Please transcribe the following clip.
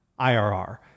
IRR